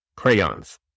Crayons